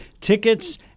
Tickets